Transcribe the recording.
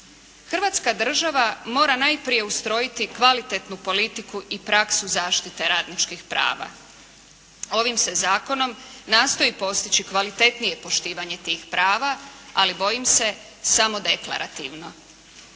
Hrvatska država mora najprije ustrojiti kvalitetnu politiku i praksu zaštite radničkih prava. Ovim se Zakonom nastoji postići kvalitetnije poštivanje tih prava, ali bojim se samo deklarativno.